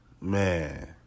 man